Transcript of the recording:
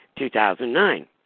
2009